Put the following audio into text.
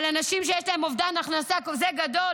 אנשים שיש להם אובדן הכנסה כזה גדול,